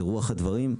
זה רוח הדברים.